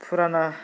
फुराना